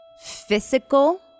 physical